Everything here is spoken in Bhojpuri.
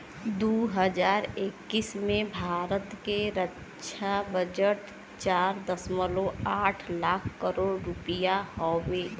दू हज़ार इक्कीस में भारत के रक्छा बजट चार दशमलव आठ लाख करोड़ रुपिया हउवे